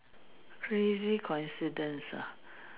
crazy coincidence ah